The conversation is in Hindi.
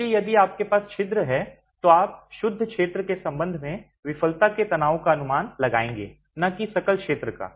इसलिए यदि आपके पास छिद्र हैं तो आप शुद्ध क्षेत्र के संबंध में विफलता के तनाव का अनुमान लगाएंगे न कि सकल क्षेत्र का